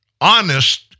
honest